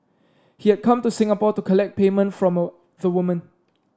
he had come to Singapore to collect payment from the woman